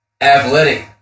athletic